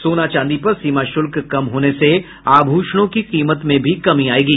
सोना चांदी पर सीमा शुल्क कम होने से आभूषणों की कीमत में भी कमी आयेगी